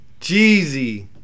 Jeezy